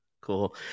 Cool